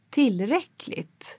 tillräckligt